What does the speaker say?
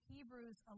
Hebrews